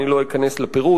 אני לא אכנס לפירוט,